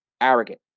arrogant